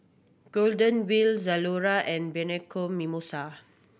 Golden Wheel Zalora and Bianco Mimosa